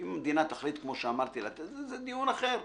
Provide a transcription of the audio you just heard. אם המדינה תחליט כמו שאמרתי, זה דיון אחר.